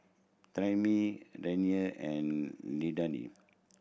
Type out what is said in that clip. Tammi Deanna and